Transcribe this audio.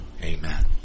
Amen